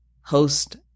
host